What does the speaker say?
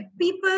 people